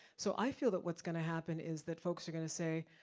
so, i feel that what's gonna happen is that folks are gonna say,